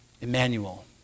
Emmanuel